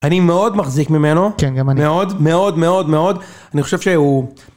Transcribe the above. אני מאוד מחזיק ממנו, כן גם אני מאוד מאוד מאוד מאוד, אני חושב שהוא...